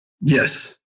Yes